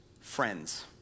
friends